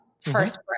first